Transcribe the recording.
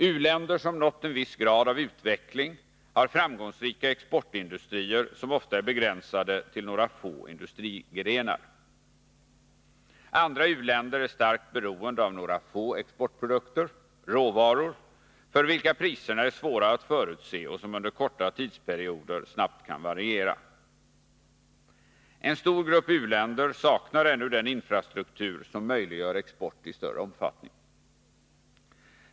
U-länder som nått en viss grad av utveckling har framgångsrika exportindustrier, som ofta är begränsade till några få industrigrenar. Andra u-länder är starkt beroende av några få exportprodukter — råvaror — för vilka priserna är svåra att förutse och som under korta tidsperioder snabbt kan variera. En stor grupp u-länder saknar ännu den infrastruktur som möjliggör export i större omfattning.